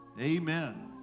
Amen